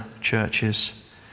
churches